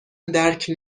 درک